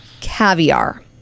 Caviar